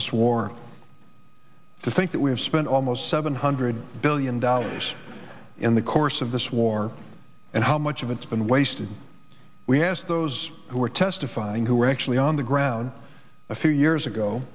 this war to think that we have spent almost seven hundred billion dollars in the course of this war and how much of it's been wasted we asked those who are testifying who were actually on the ground a few years ago